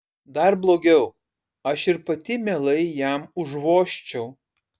dar blogiau aš ir pati mielai jam užvožčiau